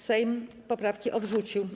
Sejm poprawki odrzucił.